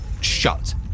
shut